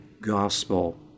gospel